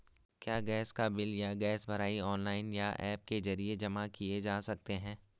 क्या गैस का बिल या गैस भराई ऑनलाइन या ऐप के जरिये जमा किये जा सकते हैं?